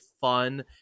fun